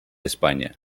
españa